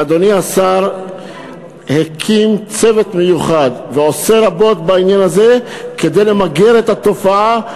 אדוני השר הקים צוות מיוחד ועושה רבות בעניין הזה כדי למגר את התופעה,